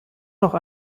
noch